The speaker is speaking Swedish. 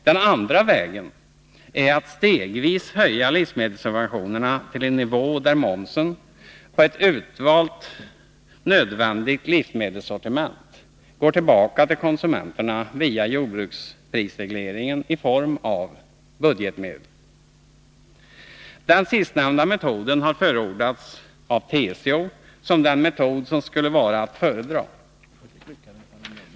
Den andra vägen är att stegvis höja livsmedelssubventionerna till en nivå, där momsen på ett utvalt nödvändigt livsmedelssortiment går tillbaka till konsumenterna via jordbruksprisregleringen i form av budgetmedel. Den sistnämnda metoden har förordats av TCO såsom den metod som skulle vara att föredra.